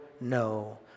no